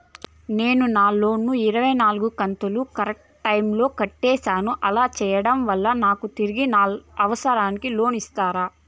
నేను నా లోను ఇరవై నాలుగు కంతులు కరెక్టు టైము లో కట్టేసాను, అలా సేయడం వలన నాకు తిరిగి నా అవసరానికి లోను ఇస్తారా?